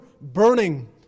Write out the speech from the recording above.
burning